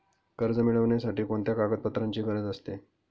कर्ज मिळविण्यासाठी कोणत्या कागदपत्रांची गरज असते?